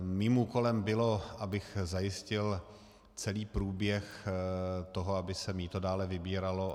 Mým úkolem bylo, abych zajistil celý průběh toho, aby se mýto dále vybíralo.